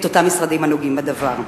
את אותם משרדים הנוגעים בדבר.